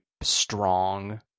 strong